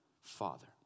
Father